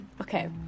Okay